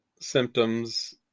symptoms